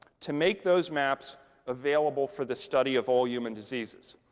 to make those maps available for the study of all human diseases.